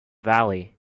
valley